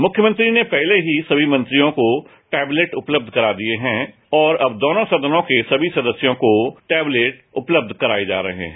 मुख्यमंत्री ने पहले ही सभी मंत्रयों को टैबलेट उपलब्ध करा दिए हैं और अब दोनों सदनों के समी सदस्यों को टैबलेट उपलब्ध कराए जा रहे हैं